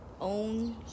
own